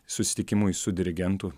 susitikimui su dirigentu